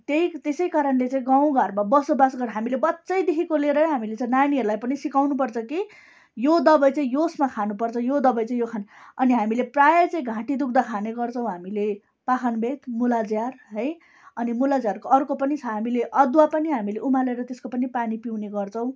त्यही त्यसैकारणले चाहिँ गाउँ घरमा बसोबास गरी हामीले बच्चैदेखिको लिएरै हामीले चाहिँ नानाीहरूलाई पनि सिकाउनुपर्छ कि यो दवाई चाहिँ यसमा खानुपर्छ यो दवाई चाहिँ यो खानु अनि हामीले प्रायः चाहिँ घाँटी दुख्दा खाने गर्छौँ हामीले पाखनबेद मुला झार है अनि मुला झारको अर्को पनि छ हामीले अदुवा पनि हामीले उमालेर त्यसको पनि पानी पिउने गर्छौँ